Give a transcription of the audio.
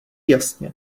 jasně